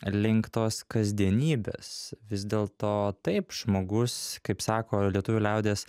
link tos kasdienybės vis dėlto taip žmogus kaip sako lietuvių liaudies